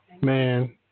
Man